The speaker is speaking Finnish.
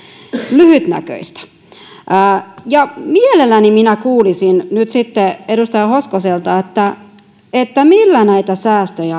lyhytnäköistä mielelläni minä kuulisin nyt sitten edustaja hoskoselta millä näitä säästöjä